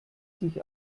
sich